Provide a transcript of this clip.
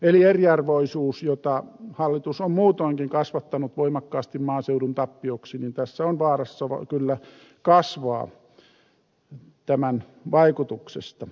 eli eriarvoisuus jota hallitus on muutoinkin kasvattanut voimakkaasti maaseudun tappioksi tässä on vaarassa kyllä kasvaa tämän vaikutuksesta